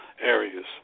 areas